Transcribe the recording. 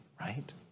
right